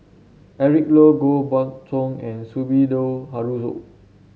Eric Low Koh Buck Song and Sumida Haruzo